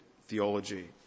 theology